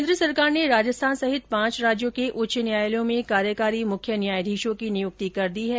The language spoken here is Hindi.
केन्द्र सरकार ने राजस्थान सहित पांच राज्यों के उच्च न्यायालयों में कार्यकारी मुख्य न्यायाधीशों की नियुक्ति कर दी है